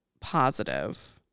positive